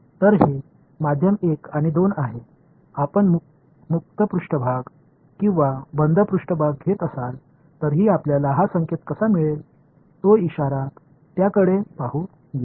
எனவே இது ஊடகம் 1 மற்றும் ஊடகம் 2 ஆகும் நீங்கள் ஒரு திறந்த மேற்பரப்பை அல்லது மூடிய மேற்பரப்பை எடுக்கிறீர்களா என்பதற்கான குறிப்பு அந்த குறிப்பை எவ்வாறு பெறுவீர்கள்